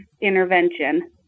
intervention